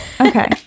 Okay